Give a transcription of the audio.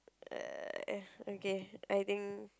uh okay I think